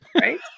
Right